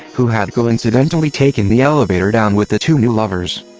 who had coincidentally taken the elevator down with the two new lovers.